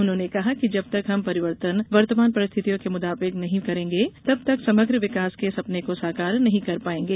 उन्होंने कहा कि जब तक हम वर्तमान परिस्थितियों के मुताबिक बदलाव नहीं लायेंगे तब तक समग्र विकास के सपने को साकार नहीं कर पाएंगे